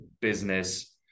business